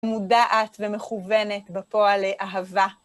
מודעת ומכוונת בפועל אהבה.